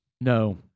No